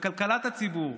לכלכלת הציבור.